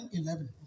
eleven